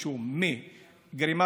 היום היא משנה סעיף בכתב אישום מגרימת